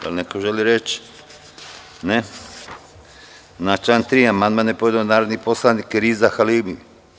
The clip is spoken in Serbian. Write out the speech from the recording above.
Da li neko želi reč? (Ne.) Na član 3. amandman je podneo narodni poslanik Riza Halimi.